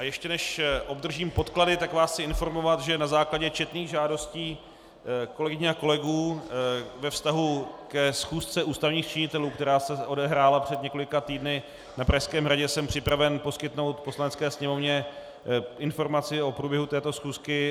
Ještě než obdržím podklady, tak vás chci informovat, že na základě četných žádostí kolegyň a kolegů ve vztahu ke schůzce ústavních činitelů, která se odehrála před několika týdny na Pražském hradě, jsem připraven poskytnout Poslanecké sněmovně informaci o průběhu této schůzky.